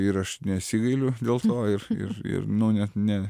ir aš nesigailiu dėl to ir ir ir nu net ne